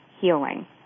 healing